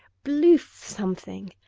bluph. something!